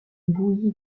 bouilli